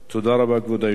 כבוד היושב-ראש,